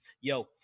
yo